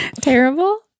terrible